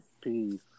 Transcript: Peace